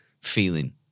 feeling